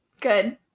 Good